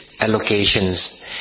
allocations